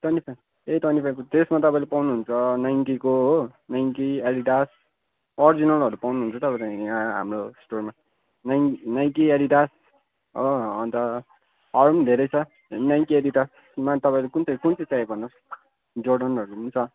twenty five ए twenty फाइभको त्यसमा तपाईँले पाउनुहुन्छ नाइकीको हो नाइकी एडिडास अरिजिनलहरू पाउनुहुन्छ तपाईँले यहाँ हाम्रो स्टोरमा नाई नाइकी एडिडास हो अन्त अरू पनि धेरै छ नाइकी एडिडासमा तपाईँलाई कुन चाहिँ कुन चाहिँ चाहिएको भन्नुहोस् जोर्डनहरू पनि छ